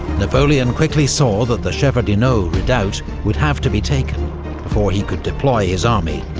napoleon quickly saw that the shevardino redoubt would have to be taken before he could deploy his army,